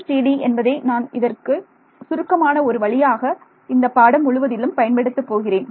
FDTD என்பதை நான் இதற்கு சுருக்கமான ஒரு வழியாக இந்தப் பாடம் முழுவதிலும் பயன்படுத்தப் போகிறேன்